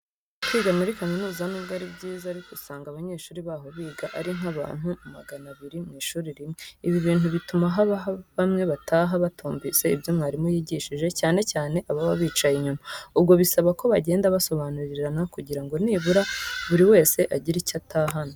Kwiga muri kaminuza nubwo ari byiza riko usanga abanyeshuri baho biga ari nk'abantu magana abiri mu ishuri rimwe. Ibi bintu bituma harimo bamwe bataha batumvise ibyo mwarimu yigishije, cyane cyane ababa bicaye inyuma. Ubwo bisaba ko bagenda basobanurirana kugira ngo nibura buri wese agire icyo atahana.